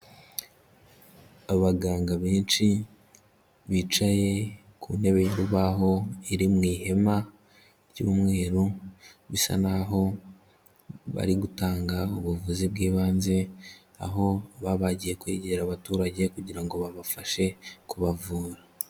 Abaganga benshi bicaye ku ntebe y'urubaho iri mu ihema ry'umweru, bisa naho bari gutanga ubuvuzi bw'ibanze, aho baba bagiye kwegera abaturage kugira ngo babafashe kubavura.